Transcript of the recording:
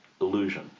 illusion